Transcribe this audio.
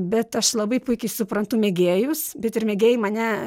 bet aš labai puikiai suprantu mėgėjus bet ir mėgėjai mane